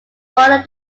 brought